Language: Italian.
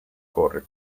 corre